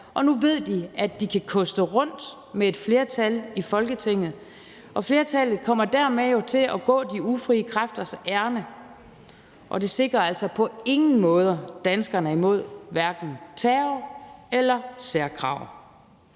og nu ved de, at de kan koste rundt med et flertal i Folketinget, og flertallet kommer dermed til at gå de ufrie kræfters ærinde, og det sikrer altså på ingen måde danskerne imod hverken terror eller særkrav.